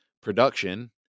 production